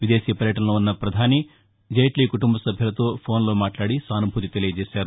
విదేశీపర్యటనలో వున్న ప్రధాని జైట్లీ కుటుంబ సభ్యులతో ఫోన్లో మాట్లాడి సాసుభూతి తెలియచేశారు